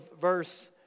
verse